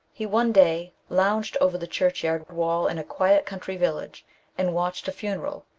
he one day lounged over the churchyard wall in a quiet country village and watched a funeral.